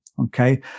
Okay